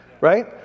right